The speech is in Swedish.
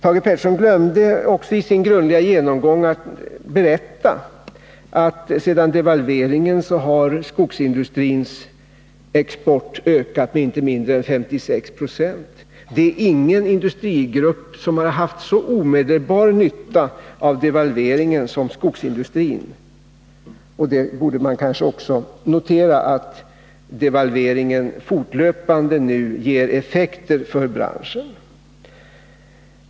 Thage Peterson glömde i sin grundliga genomgång att berätta att sedan devalveringen har skogsindustrins export ökat med inte mindre än 56 96. Det är ingen industrigrupp som haft så omedelbar nytta av devalveringen som skogsindustrin. Man borde kanske också notera att devalveringen fortlöpande ger effekter för branschen.